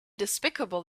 despicable